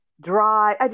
dry